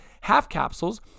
half-capsules